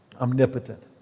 omnipotent